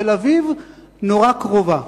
תל-אביב נורא קרובה.